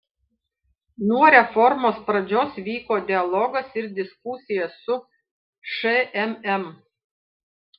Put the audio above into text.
nuo reformos pradžios vyko dialogas ir diskusija su šmm